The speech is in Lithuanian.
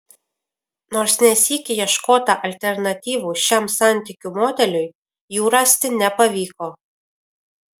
nors ne sykį ieškota alternatyvų šiam santykių modeliui jų rasti nepavyko